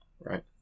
right